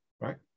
right